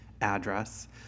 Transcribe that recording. address